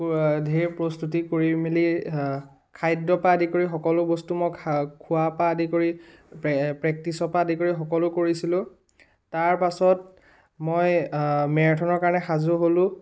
ধেৰ প্ৰস্তুতি কৰি মেলি খাদ্যপা আদি কৰি সকলো বস্তু মই খা খোৱাপা আদি কৰি প্ৰে প্ৰক্টিছপা আদি কৰি মই সকলো কৰিছিলোঁ তাৰপাছত মই মেৰাথানৰ কাৰণে সাজু হ'লোঁ